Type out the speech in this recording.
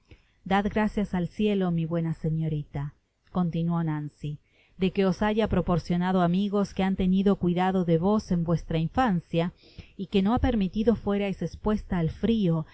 dad gracias al cielo mi buena señorita continuó nancy de que os haya proporcionado amigos que han tenido cuidado de vos en vuestra infancia y que no ha permitido fuerais espuesta al frio